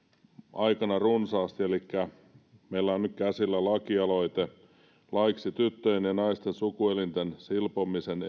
aikana runsaasti elikkä meillä on nyt käsillä lakialoite laiksi tyttöjen ja naisten sukuelinten silpomisen